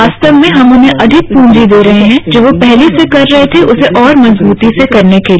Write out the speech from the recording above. वास्तव में हम उन्हें अधिक पूंजी दे रहे हैं जो वो पहले कर रहे थे उसे और मजबूती से करने के लिए